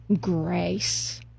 grace